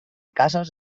casos